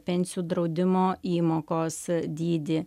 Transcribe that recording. pensijų draudimo įmokos dydį